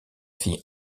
fille